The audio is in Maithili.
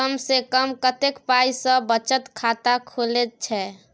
कम से कम कत्ते पाई सं बचत खाता खुले छै?